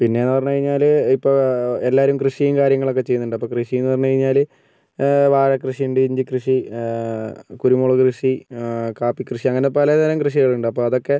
പിന്നേന്ന് പറഞ്ഞ് കഴിഞ്ഞാല് ഇപ്പം എല്ലാവരും കൃഷിയും കാര്യങ്ങളൊക്കെ ചെയ്യുന്നുണ്ട് അപ്പം കൃഷി എന്ന് പറഞ്ഞ് കഴിഞ്ഞാല് വാഴ കൃഷിയുണ്ട് ബന്ദി കൃഷി കുരുമുളക് കൃഷി കാപ്പി കൃഷി അങ്ങനെ പല തരം കൃഷികളുണ്ട് അപ്പം അതൊക്കെ